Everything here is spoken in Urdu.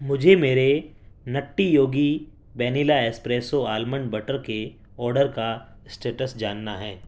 مجھے میرے nutty yogi vanilla espresso almond butter کے آرڈر کا اسٹیٹس جاننا ہے